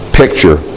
picture